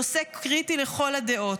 נושא קריטי לכל הדעות.